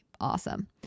awesome